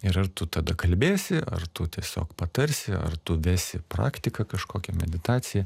ir ar tu tada kalbėsi ar tu tiesiog patarsi ar tu vesi praktiką kažkokią meditaciją